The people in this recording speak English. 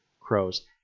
crows